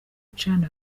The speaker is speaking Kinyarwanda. chan